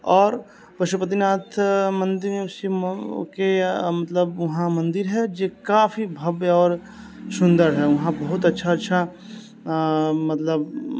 आओर पशुपतिनाथ मन्दिर मे मतलब उहाँ मन्दिर हय जे काफी भव्य आओर सुन्दर हय उहाँ बहुत अच्छा अच्छा मतलब